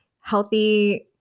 healthy